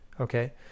Okay